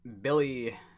Billy